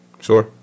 Sure